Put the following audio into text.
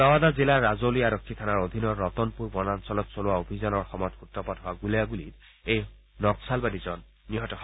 নৱাদা জিলাৰ ৰাজৌলি আৰক্ষী থানাৰ অধীনৰ ৰতনপুৰ বনাঞ্চলত চলোৱা অভিযানৰ সময়ত সুত্ৰপাত হোৱা গুলীয়াগুলীত এই নক্সালবাদীজন নিহত হয়